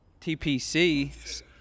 TPC